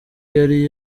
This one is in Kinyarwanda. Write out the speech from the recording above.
yari